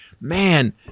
Man